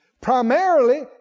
Primarily